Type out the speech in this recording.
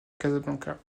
casablanca